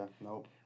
Nope